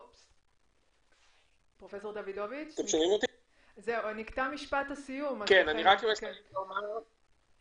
אסור לנו לחשוב שהחיסון יגיע ומייד ייפתרו כל הבעיות.